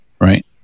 right